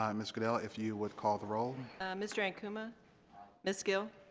um miss gadell if you would call the roll mr. ankuma miss gill